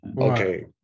okay